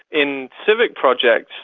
in civic projects,